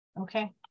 Okay